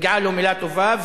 מגיעה לו מלה טובה,